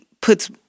puts